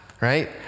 right